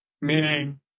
meaning